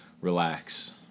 relax